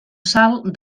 salt